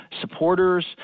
supporters